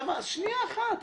נשמה, שנייה אחת.